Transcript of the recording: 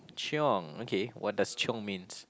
chiong okay what does chiong means